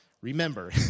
remember